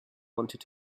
wanted